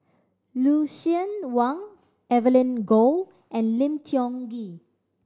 Lucien Wang Evelyn Goh and Lim Tiong Ghee